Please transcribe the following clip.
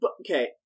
Okay